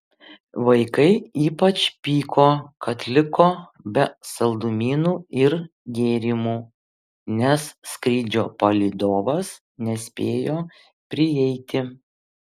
vaikai ypač pyko kad liko be saldumynų ir gėrimų nes skrydžio palydovas nespėjo prieiti